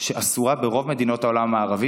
שאסורה ברוב מדינות העולם המערבי,